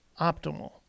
optimal